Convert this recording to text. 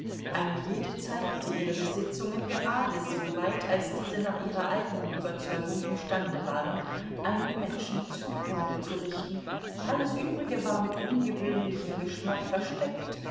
eine jede zeigte ihre besitzungen gerade so weit als diese nach ihrer eigenen überzeugung imstande waren einen menschen zugrunde zu richten alles übrige war mit ungewöhnlichem geschmack versteckt